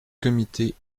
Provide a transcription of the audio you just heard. comité